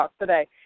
today